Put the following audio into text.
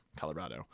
Colorado